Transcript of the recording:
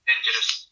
Dangerous